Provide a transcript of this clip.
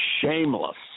shameless